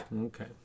Okay